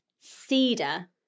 Cedar